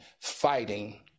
fighting